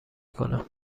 کنم